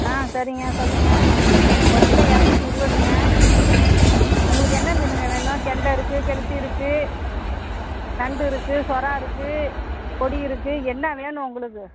ஆ சரிங்க சொல்லுங்கள் ஒரு கிலோ இரநூத்தி இருவதுங்க உங்களுக்கு என்ன மீனுங்க வேணும் கெண்டை இருக்கு கெளுத்தி இருக்கு நண்டு இருக்கு சுறா இருக்கு பொடி இருக்கு என்ன வேணும் உங்களுக்கு